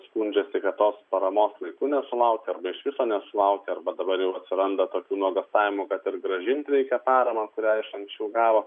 skundžiasi kad tos paramos laiku nesulaukia arba iš viso nesulaukia arba dabar vėl atsiranda tokių nuogąstavimų kad ir grąžint reikia paramą kurią iš anksčiau gavo